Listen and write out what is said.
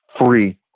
free